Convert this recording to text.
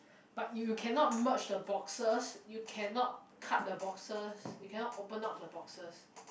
but you cannot merge the boxes you cannot cut the boxes you cannot open up the boxes